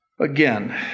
Again